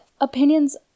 opinions